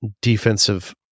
defensive